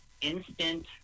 instant